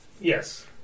Yes